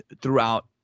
throughout